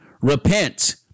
Repent